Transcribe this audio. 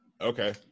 Okay